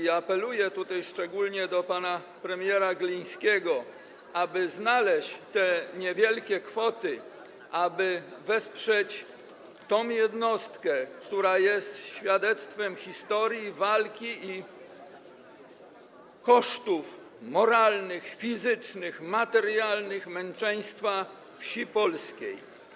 I apeluję tutaj szczególnie do pana premiera Glińskiego, aby znaleźć te niewielkie kwoty, by wesprzeć tę jednostkę, która jest świadectwem historii, walki i kosztów moralnych, fizycznych, materialnych męczeństwa wsi polskiej.